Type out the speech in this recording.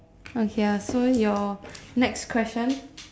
okay ah so your next question